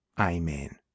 amen